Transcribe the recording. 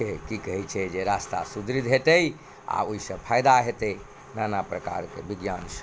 की कहै छै जे रास्ता सुदृद्ध हेतै आ ओहिसँ फायदा हेतै नाना प्रकारके विज्ञानसँ